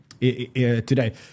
today